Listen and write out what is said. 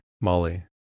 Molly